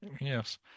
Yes